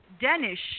Danish